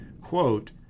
quote